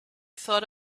thought